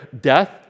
death